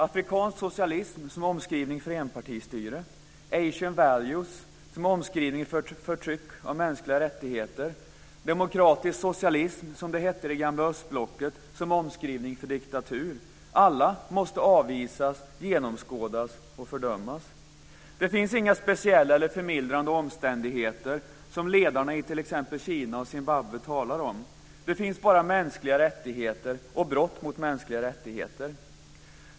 Afrikansk socialism som omskrivning för enpartistyre, Asian values som omskrivning för förtryck av mänskliga rättigheter, demokratisk socialism, som det hette i det gamla östblocket, som omskrivning för diktatur - alla måste avvisas, genomskådas och fördömas. Det finns inga speciella eller förmildrande omständigheter, som ledarna i t.ex. Kina och Zimbabwe talar om. Det finns bara mänskliga rättigheter och brott mot mänskliga rättigheter.